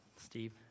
Steve